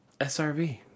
SRV